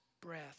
breath